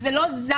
זה לא זר.